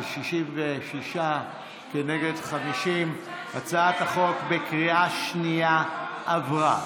זה 66 כנגד 50, הצעת החוק בקריאה שנייה עברה.